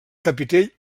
capitell